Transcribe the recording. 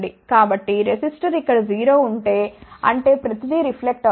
కాబట్టి రెసిస్టర్ ఇక్కడ 0 ఉంటే అంటే ప్రతి దీ రిఫ్లెక్ట్ అవుతుంది